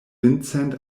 vincent